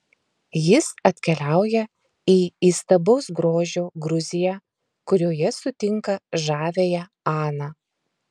jis atkeliauja į įstabaus grožio gruziją kurioje sutinka žaviąją aną